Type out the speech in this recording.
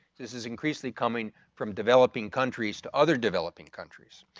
this is increasingly coming from developing countries to other developing countries,